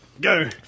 go